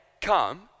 come